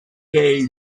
gave